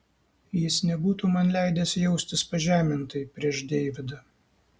jis nebūtų man leidęs jaustis pažemintai prieš deividą